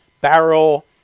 barrel